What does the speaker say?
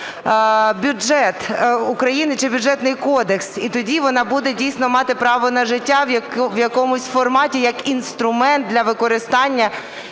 бюджет України чи Бюджетний кодекс. І тоді вона буде, дійсно, мати право на життя в якомусь форматі як інструмент для використання